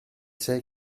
sei